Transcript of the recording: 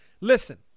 listen